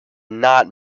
not